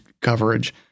coverage